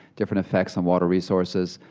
different effects on water resources,